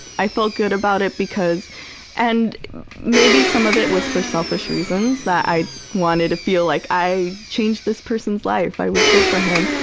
i felt good about it because and maybe some of it was for selfish reasons, that i wanted to feel like i changed this person's life. i was good for him.